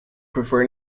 prefer